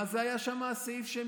מה זה היה הסעיף שם,